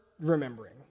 remembering